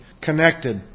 connected